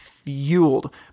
fueled